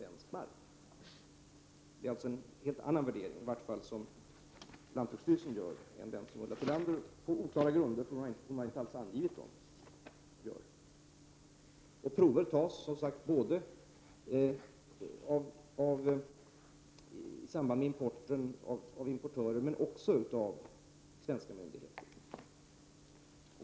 Lantbruksstyrelsen gör alltså en helt annan värdering än Ulla Tillander — hennes värdering görs på oklara grunder. Prover tas alltså av importören i samband med importen men också av svenska myndigheter.